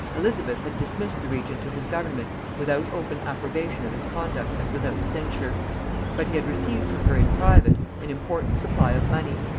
elizabeth had dismissed the regent to his government without open approbation of his conduct as without censure but he had received from her in private an important supply of money,